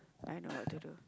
I know what to do